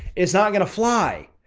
it's not going to fly.